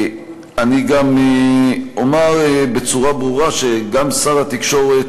אומר גם בצורה ברורה, גם שר התקשורת,